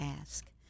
ask